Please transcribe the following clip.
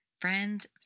friends